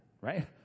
right